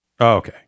Okay